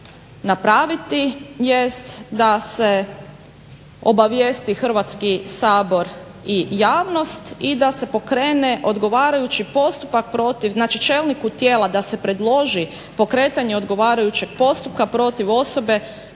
napraviti jest da se obavijesti Hrvatski sabor i javnost i da se pokrene odgovarajući postupak protiv, znači čelniku tijela da se predloži pokretanje odgovarajućeg postupka protiv osobe